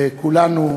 וכולנו,